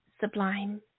sublime